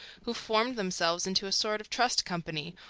who formed themselves into a sort of trust company,